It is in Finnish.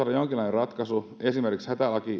ratkaisu esimerkiksi hätälaki niin että